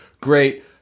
great